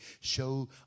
show